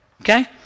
okay